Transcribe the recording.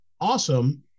awesome